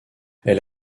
elle